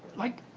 like